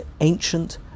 ancient